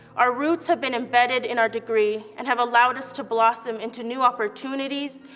our roots have been embedded in our degree and have allowed us to blossom into new opportunities,